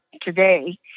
today